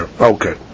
Okay